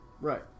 Right